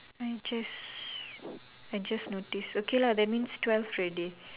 I just I just noticed okay lah that means twelve already